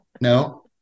No